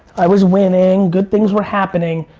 i was winning, good things were happening,